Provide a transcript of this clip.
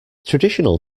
traditional